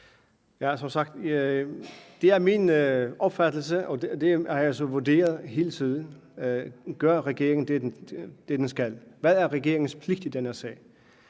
sagt min opfattelse, og det har jeg vurderet hele tiden, at regeringen gør det, den skal. Hvad er regeringens pligt i den her sag?